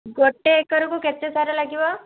ଗୋଟେ ଏକରକୁ କେତେ ସାର ଲାଗିବ